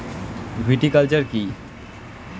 Viticulture কী?